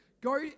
Go